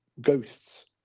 ghosts